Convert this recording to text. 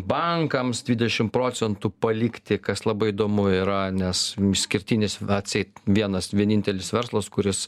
bankams dvidešim procentų palikti kas labai įdomu yra nes išskirtinis atseit vienas vienintelis verslas kuris